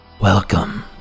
Welcome